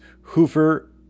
Hoover